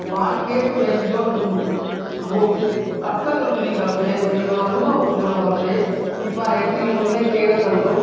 पाण खे पंहिंजो उहो अकल हुजणी खपे पंहिंजो अनुभव हुजिणो खपे की पाण एतिरी उमिरि में केतिरो धंधो